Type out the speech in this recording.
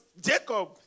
Jacob